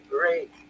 great